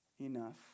enough